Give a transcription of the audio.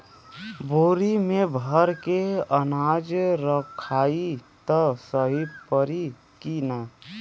बोरी में भर के अनाज रखायी त सही परी की ना?